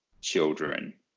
children